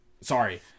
sorry